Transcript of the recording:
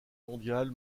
mondiale